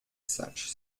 such